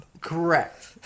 Correct